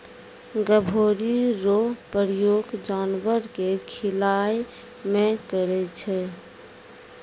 गभोरी रो प्रयोग जानवर के खिलाय मे करै छै